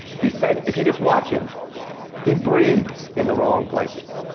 he said if you just watch him he breathes in the wrong places.